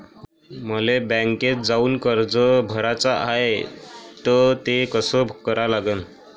मले बँकेत जाऊन कर्ज भराच हाय त ते कस करा लागन?